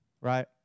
right